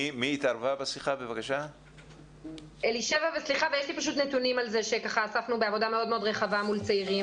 יש לי נתונים על זה שאספנו בעבודה רחבה מאוד מול צעירים.